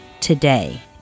today